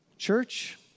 Church